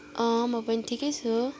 अँ पनि ठिकै छु